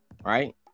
Right